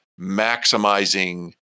maximizing